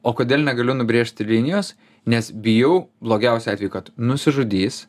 o kodėl negaliu nubrėžti linijos nes bijau blogiausiu atveju kad nusižudys